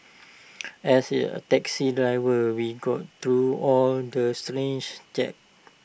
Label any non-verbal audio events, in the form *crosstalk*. as *unintelligible* taxi driver we go through all the *unintelligible* gent